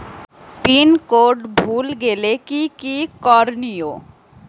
Pin code ভুলে গেলে কি কি করনিয়?